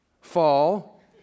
fall